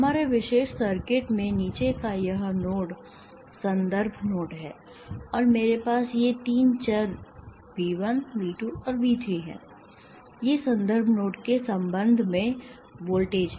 हमारे विशेष सर्किट में नीचे का यह नोड संदर्भ नोड है और मेरे पास ये तीन चर V 1 V 2 और V 3 हैं ये संदर्भ नोड के संबंध में वोल्टेज हैं